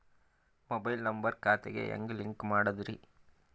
Mobile number ಖಾತೆ ಗೆ ಹೆಂಗ್ ಲಿಂಕ್ ಮಾಡದ್ರಿ?